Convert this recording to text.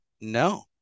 No